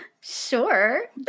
Sure